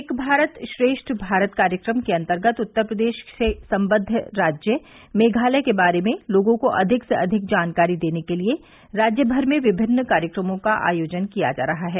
एक भारत श्रेष्ठ भारत कार्यक्रम के अंतर्गत उत्तर प्रदेश के सम्बद्व राज्य मेघालय के बारे में लोगों को अधिक से अधिक जानकारी देने के लिए राज्य भर में विभिन्न कार्यक्रमों का आयोजन किया जा रहा है